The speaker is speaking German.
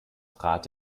trat